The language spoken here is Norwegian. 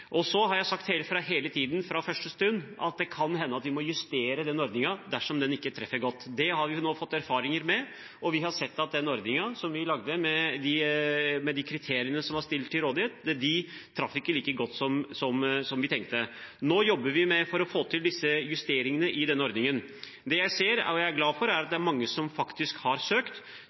har sagt hele tiden, fra første stund, at det kan hende vi må justere ordningen dersom den ikke treffer godt. Det har vi nå fått erfaringer med, og vi har sett at den ordningen vi laget, med de kriteriene som var stilt til rådighet, ikke traff like godt som vi tenkte. Nå jobber vi for å få til disse justeringene i ordningen. Det jeg ser og er glad for, er at det er mange som faktisk har søkt.